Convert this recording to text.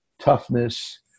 toughness